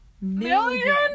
million